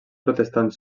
protestant